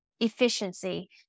efficiency